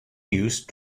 use